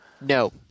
No